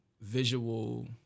visual